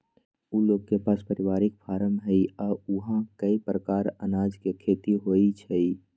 उ लोग के पास परिवारिक फारम हई आ ऊहा कए परकार अनाज के खेती होई छई